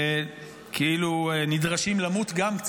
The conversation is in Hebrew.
כאילו גם הם נדרשים קצת למות,